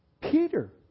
Peter